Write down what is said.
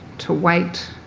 to wait,